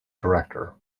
director